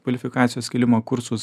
kvalifikacijos kėlimo kursus